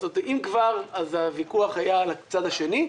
אם כבר, אז הוויכוח היה על הצד השני.